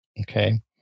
Okay